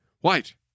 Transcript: White